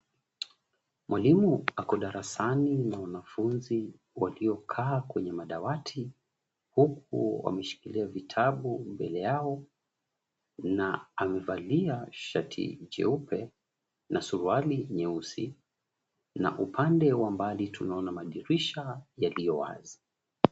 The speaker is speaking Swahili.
Mwalimu ako darasani na wanafunzi waliokaa kwenye madawati huku wameshikilia vitabu mbele yao na amevalia shati jeupe na suruali nyeusi na upande wa mbali tunaona madirisha yaliyo wazi.